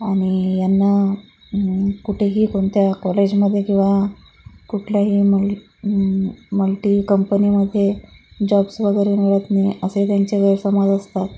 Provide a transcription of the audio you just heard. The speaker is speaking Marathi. आणि यांना कुठेही कोणत्या कॉलेजमध्ये किंवा कुठल्याही मुली मल्टिकंपनीमध्ये जॉब्स वगैरे मिळत नाही असे त्यांचे गैरसमज असतात